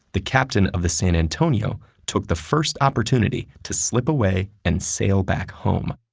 the captain of the san antonio took the first opportunity to slip away and sail back home.